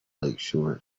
lakeshore